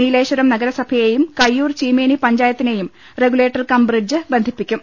നീലേശ്വരം നഗരസഭയെയും കയ്യൂർ ചീമേനി പഞ്ചായത്തിനെയും regulator cum bridge ബന്ധിപ്പിക്കും